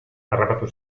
harrapatu